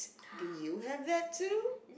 do you have that too